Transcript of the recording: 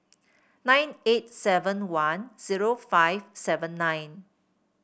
nine eight seven one zero five seven nine